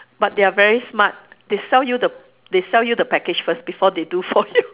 but they are very smart they sell you the they sell you the package first before they do for you